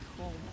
home